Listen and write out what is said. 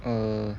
err